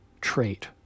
Trait